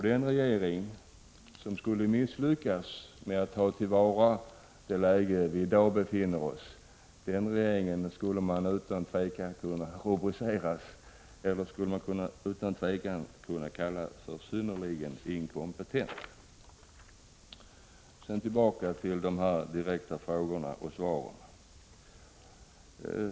Den regering som misslyckas med att ta till vara det läge vi i dag befinner oss i skulle man utan tvekan kunna kalla för synnerligen inkompetent. Sedan tillbaka till de direkta frågorna och svaren.